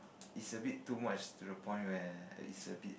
it's a bit too much to the point where it's a bit